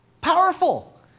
powerful